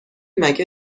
مگه